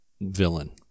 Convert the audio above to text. villain